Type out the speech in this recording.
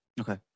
Okay